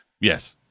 yes